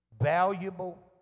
valuable